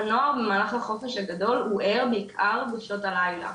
הנוער במהלך החופש הגדול הוא ער בעיקר בשעות הלילה,